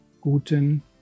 Guten